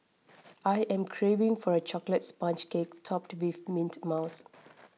I am craving for a Chocolate Sponge Cake Topped with Mint Mousse